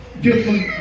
different